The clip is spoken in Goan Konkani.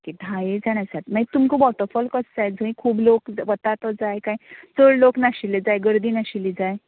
ओके धायेक जाण आसा मागीर तुमकां वॉटर फॉल कसो जाय जंय खूब लोक वता तो जाय काय चड लोक नाशिल्ले जाय गर्दी नाशिल्ले जाय